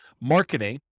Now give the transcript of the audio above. marketing